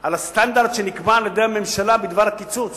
על הסטנדרט שנקבע על-ידי הממשלה בדבר הקיצוץ,